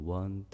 one